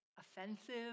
offensive